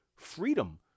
freedom